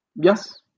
Yes